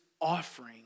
Offering